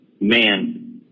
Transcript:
man